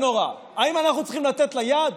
האם אנחנו צריכים לתת לה יד?